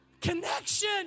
connection